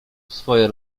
swoje